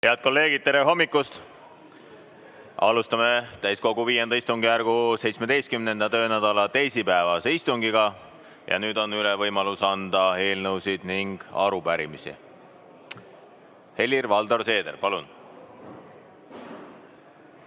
Head kolleegid, tere hommikust! Alustame täiskogu V istungjärgu 17. töönädala teisipäevast istungit. Nüüd on võimalus üle anda eelnõusid ning arupärimisi. Helir-Valdor Seeder, palun!